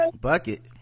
bucket